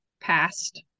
past